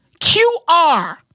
QR